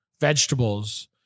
vegetables